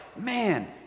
man